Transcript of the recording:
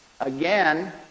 again